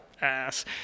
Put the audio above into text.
ass